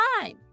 time